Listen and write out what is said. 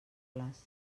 les